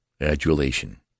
adulation